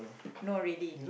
no really